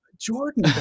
Jordan